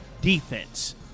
defense